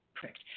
Correct